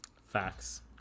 Facts